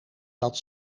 dat